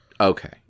Okay